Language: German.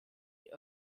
die